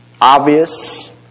obvious